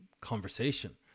conversation